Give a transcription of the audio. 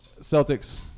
Celtics